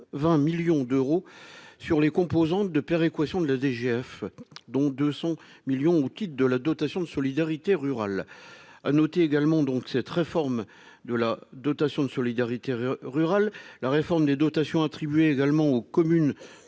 320 millions d'euros sur les composantes de péréquation de la DGF, dont 200 millions au titre de la dotation de solidarité rurale à noter également donc, cette réforme de la dotation de solidarité rurale, la réforme des dotations attribuées également aux communes